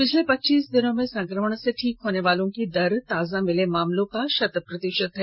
पिछले पच्चीस दिनों में संक्रमण से ठीक होने वालों की दर ताजा मिले मामलों का शत प्रतिशत है